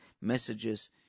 messages